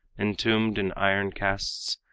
entombed in iron castes,